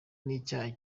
n’icyaha